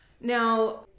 Now